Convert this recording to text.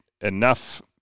enough